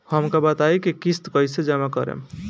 हम का बताई की किस्त कईसे जमा करेम?